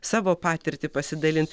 savo patirtį pasidalint